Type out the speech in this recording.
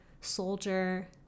soldier